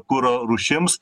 kuro rūšims